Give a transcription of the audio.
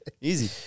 Easy